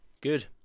good